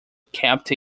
kept